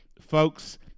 Folks